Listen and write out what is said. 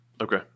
Okay